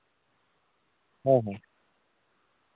ᱦᱮᱸ ᱦᱮᱸ